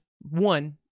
one